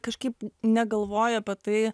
kažkaip negalvoju apie tai